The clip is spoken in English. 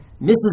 Mrs